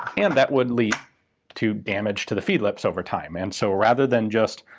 and that would lead to damage to the feed lips over time. and so rather than just,